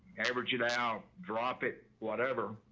average it out, drop it, whatever.